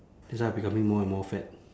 that's why I becoming more and more fat